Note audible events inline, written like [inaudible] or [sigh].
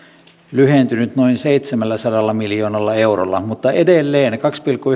lyhentynyt noin seitsemälläsadalla miljoonalla eurolla mutta edelleen kahdella pilkku [unintelligible]